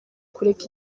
kureka